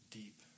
deep